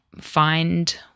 find